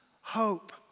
hope